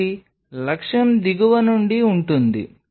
కాబట్టి లక్ష్యం దిగువ నుండి ఉంటుంది